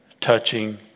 touching